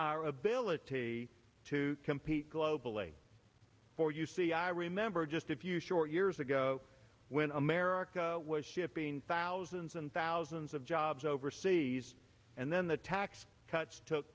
our ability to compete globally for you see i remember just a few short years ago when america was shipping thousands and thousands of jobs overseas and then the tax cuts took